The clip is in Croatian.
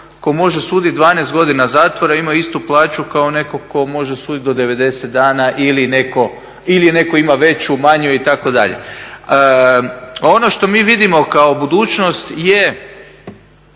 tko može suditi 12 godina zatvora imaju istu plaću kao netko tko može sudit do 90 dana ili netko ima veću, manju itd. Ono što mi vidimo kao budućnost je